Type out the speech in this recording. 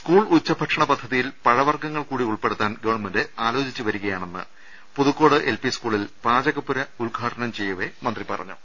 school ഉച്ചഭക്ഷണ പദ്ധതിയിൽ പഴവർഗ്ഗങ്ങൾ കൂടി ഉൾപ്പെടുത്താൻ ഗവൺമെന്റ് ആലോചിച്ചു വരികയാ ണെന്ന് പുതുക്കോട് എൽ പി സ്കൂളിൽ പാചകപ്പുര ഉദ്ഘാടനം ചെയ്യവെ മന്ത്രി പറഞ്ഞു